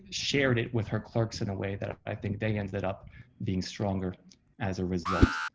shared it with her clerks in a way that i think they ended up being stronger as a result.